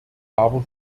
aber